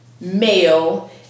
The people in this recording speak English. male